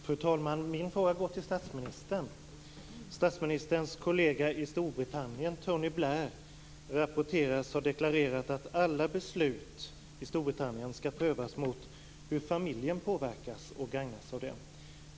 Fru talman! Min fråga går till statsministern. Blair, rapporteras ha deklarerat att alla beslut i Storbritannien skall prövas mot hur familjen påverkas och gagnas av dem.